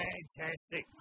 Fantastic